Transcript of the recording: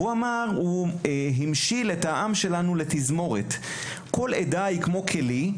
הוא המשיל את העם שלנו לתזמורת: כל עדה היא כמו כלי,